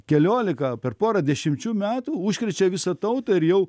keliolika per porą dešimčių metų užkrečia visą tautą ir jau